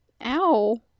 Ow